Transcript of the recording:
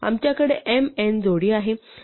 आमच्याकडे m n जोडी आहे